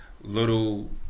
little